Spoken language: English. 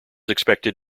expected